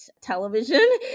television